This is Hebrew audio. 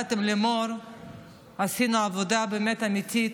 יחד עם לימור עשינו עבודה אמיתית,